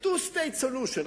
two state solution,